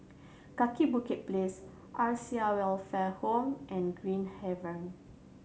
Kaki Bukit Place Acacia Welfare Home and Green Haven